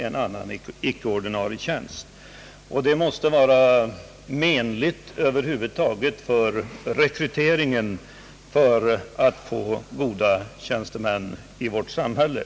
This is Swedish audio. En sådan ordning måste över huvud taget inverka menligt på rekryteringen när det gäller att få goda tjänstemän i vårt samhälle.